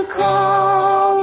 call